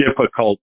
difficult